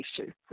issues